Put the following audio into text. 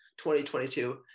2022